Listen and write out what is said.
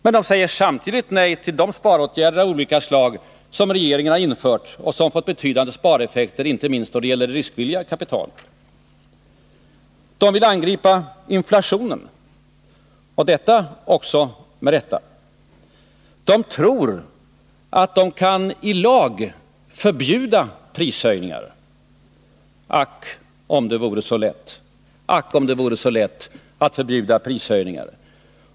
Men de säger samtidigt nej till sparåtgärder av olika slag som regeringen har infört och som fått betydande spareffekter, inte minst då det gäller det riskvilliga kapitalet. De vill angripa inflationen — och detta också med rätta. De tror att de kan i lag förbjuda prishöjningar. Ack, om det bara vore så lätt att förbjuda prishöjningar!